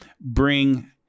bring